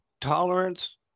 tolerance